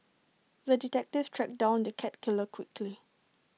the detective tracked down the cat killer quickly